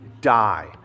die